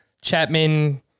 Chapman